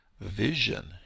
vision